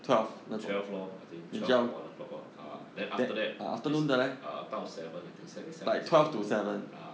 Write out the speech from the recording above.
twelve lor I think twelve or one o'clock lor ah then after that is uh 都 seven I think service seven is fa~ ah